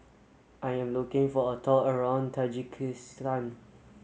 I am looking for a tour around Tajikistan